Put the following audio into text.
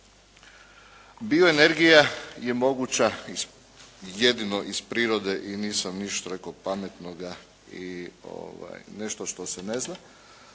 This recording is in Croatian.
Bioenergija je moguća jedino iz prirode i nisam ništa rekao pametnoga i nešto što se ne zna,